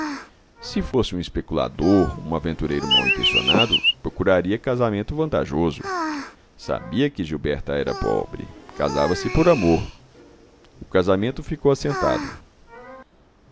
se fosse um especulador um aventureiro mal intencionado procuraria casamento vantajoso sabia que gilberta era pobre casava-se por amor o casamento ficou assentado